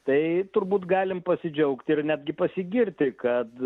tai turbūt galim pasidžiaugt ir netgi pasigirti kad